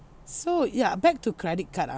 so ya back to credit card ah